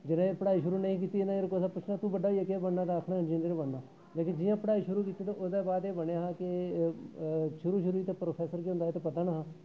जिन्ने चिर पढ़ाई शुरू नेईं कीती इन्नै चिर कुसा पुच्छना तूं बड्डा होइयै केह् बनना ते आखना इंजीनियर बनना लेकिन जियां पढ़ाई शुरू कीती ते ओह्दे बाद एह् बनेआ हा के शुरू शुरू च ते प्रोफेसर केह् होंदा एह् ते पता नेहा